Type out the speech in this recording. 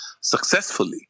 successfully